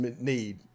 need